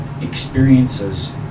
experiences